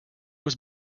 was